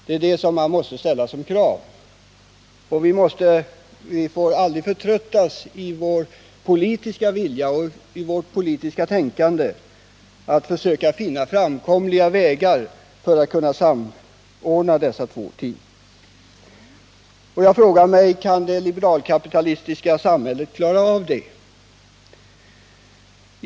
Det är det som man måste ställa som krav. Och vi får aldrig förtröttas i vår politiska vilja och vårt politiska tänkande när det gäller att söka finna framkomliga vägar för att samordna dessa två ting. Jag frågar mig: Kan det liberal-kapitalistiska samhället klara av det?